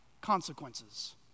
consequences